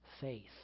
faith